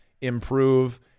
improve